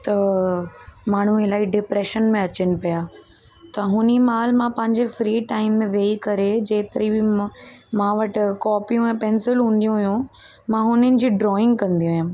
त माण्हू इलाही डिप्रेशन में अचनि पिया त हुन महिल मां पंहिंजे फ्री टाइम में वेई करे जेतिरी बि म मां वटि कॉपियूं पेंसिलूं हूंदियूं हुयूं मां हुननि जी ड्रॉइंग कंदी हुअमि